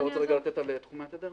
אתה רוצה לתת הסבר על תחומי התדר?